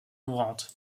mourante